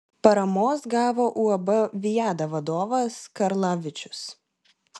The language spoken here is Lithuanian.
paramos gavo uab viada vadovas karlavičius